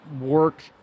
work